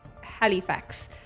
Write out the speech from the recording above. Halifax